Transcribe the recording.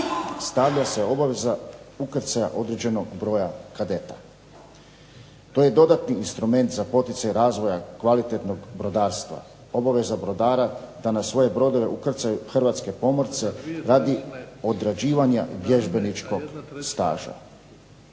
stavlja se obaveza ukrcaja određenog broja kadeta. To je dodatni instrument za poticaj razvoja kvalitetnog brodarstva, obaveza brodara da na svoje brodove ukrcaju hrvatske pomorce radi odrađivanja vježbeničkog staža.